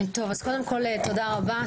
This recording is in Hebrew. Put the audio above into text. תודה רבה.